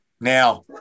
Now